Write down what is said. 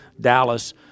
Dallas